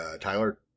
Tyler